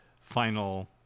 final